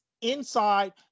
inside